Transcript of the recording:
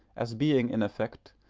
as being, in effect,